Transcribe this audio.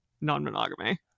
non-monogamy